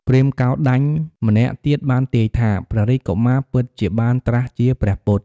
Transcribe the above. ព្រាហ្មណ៍កោណ្ឌញ្ញម្នាក់ទៀតបានទាយថា ព្រះរាជកុមារពិតជាបានត្រាស់ជាព្រះពុទ្ធ។